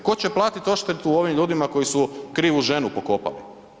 Tko će platiti odštetu ovim ljudima koji su krivu ženu pokopali?